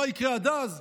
מה יקרה עד אז?